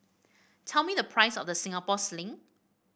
tell me the price of The Singapore Sling